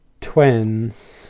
twins